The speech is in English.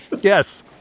Yes